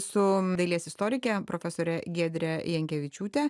su dailės istorike profesore giedre jankevičiūte